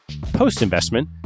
Post-investment